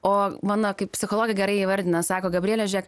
o mano kaip psichologė gerai įvardina sako gabriele žėk